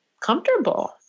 comfortable